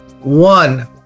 one